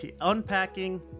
unpacking